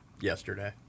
yesterday